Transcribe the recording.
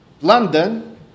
London